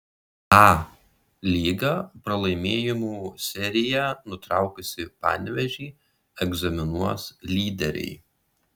a lyga pralaimėjimų seriją nutraukusį panevėžį egzaminuos lyderiai